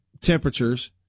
temperatures